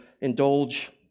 indulge